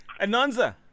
ananza